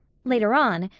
later on,